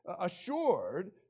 assured